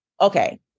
Okay